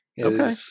Okay